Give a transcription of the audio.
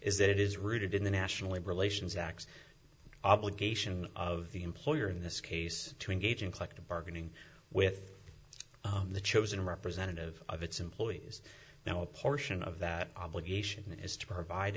that it is rooted in the national labor relations act obligation of the employer in this case to engage in collective bargaining with the chosen representative of its employees now a portion of that obligation is to provide